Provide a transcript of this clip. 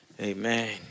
amen